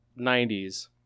90s